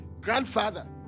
grandfather